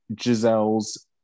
giselle's